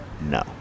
no